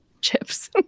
chips